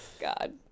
God